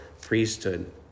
priesthood